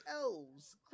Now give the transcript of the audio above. elves